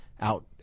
out